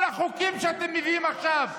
כל החוקים שאתם מביאים עכשיו,